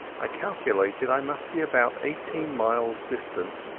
i calculated i must be about eighteen miles distant,